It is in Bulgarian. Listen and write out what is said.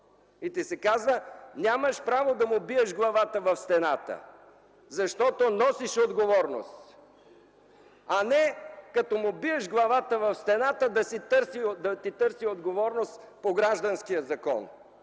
и ти се казва: нямаш право да му биеш главата в стената, защото носиш отговорност, а не като му биеш главата в стената, да ти търси отговорност по гражданския закон!